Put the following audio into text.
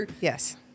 yes